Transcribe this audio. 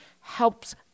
helps